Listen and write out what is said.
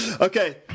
okay